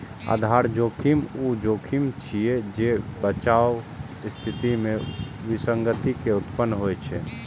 आधार जोखिम ऊ जोखिम छियै, जे बचावक स्थिति मे विसंगति के उत्पन्न होइ छै